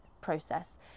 process